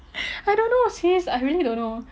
I don't know sis I really don't know